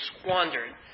squandered